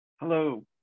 Hello